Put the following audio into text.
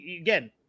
again